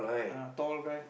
a tall guy